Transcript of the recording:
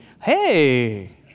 hey